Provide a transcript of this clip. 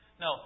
No